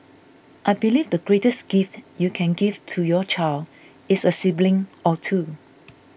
I believe the greatest gift you can give to your child is a sibling or two